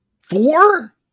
Four